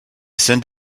send